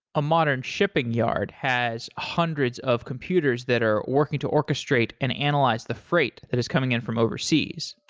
a modern shipping yard has hundreds of computers that are working to orchestrate and analyze the freight that is coming in from overseas,